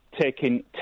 taking